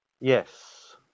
yes